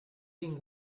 been